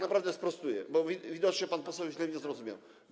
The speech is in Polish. Naprawdę sprostuję, bo widocznie pan poseł źle mnie zrozumiał.